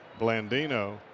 Blandino